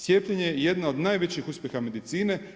Cijepljenje je jedna od najvećih uspjeha medicine.